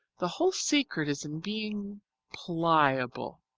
the whole secret is in being pliable.